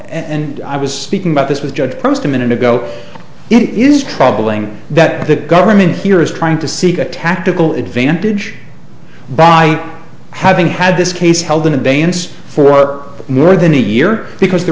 and i was speaking about this with judge post a minute ago it is troubling that the government here is trying to seek a tactical advantage by having had this case held in abeyance for more than a year because the